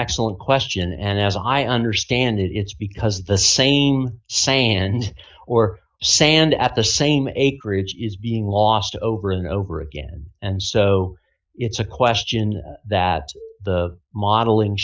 excellent question and as i understand it it's because the same sand or sand at the same acreage is being lost over and over again and so it's a question that the modeling